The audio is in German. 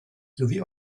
sowie